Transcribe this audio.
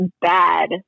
bad